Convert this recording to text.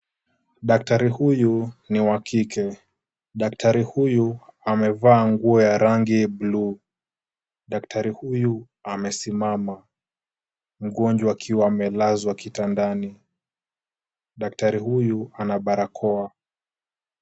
Daktari huyu ni wa kike, daktari huyu amevaa nguo ya rangi bluu, daktari huyu amesimama mgonjwa akiwa amelazwa kitandani, daktari huyu ana barakoa.